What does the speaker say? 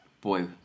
boy